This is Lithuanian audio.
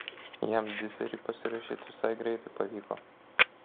jam diserį pasirašyt visai greitai pavyko